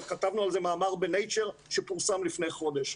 כתבנו על זה מאמר ב- Natureשפורסם לפני חודש,